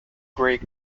grey